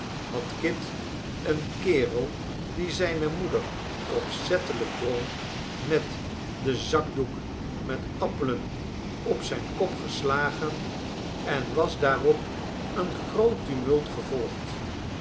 had kit een kerel die zijne moeder opzettelijk drong met den zakdoek met appelen op zijn kop geslagen en was daarop een groot tumult gevolgd